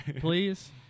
please